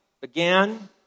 began